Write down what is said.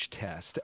test